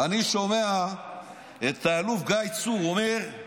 אני שומע את האלוף גיא צור אומר: